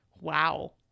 wow